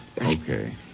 Okay